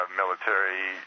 military